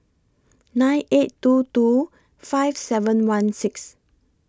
nine eight two two five seven one six